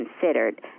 considered